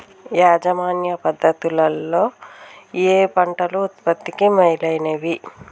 యాజమాన్య పద్ధతు లలో ఏయే పంటలు ఉత్పత్తికి మేలైనవి?